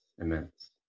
immense